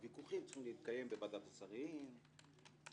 הוויכוחים צריכים להתקיים בוועדת השרים ובממשלה,